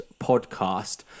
podcast